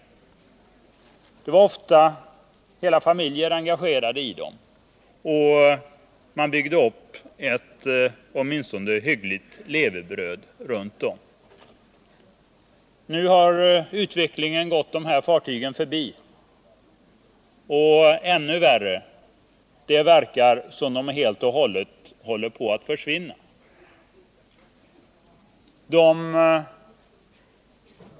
Det var ofta hela familjer engagerade i fartygsverksamheten, och man byggde upp ett åtmistone hyggligt levebröd runt denna. Nu har utvecklingen gått de här fartygen förbi, och ännu värre är att det verkar som om de helt och hållet är på väg att försvinna.